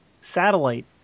satellite